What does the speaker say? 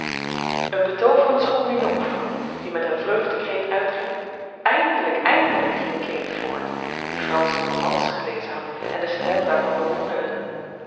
zag een betooverend schoone jonkvrouw die met een vreugdekreet uitriep eindelijk eindelijk ging kate voort die fransche romans gelezen had en den stijl daarvan bewonderde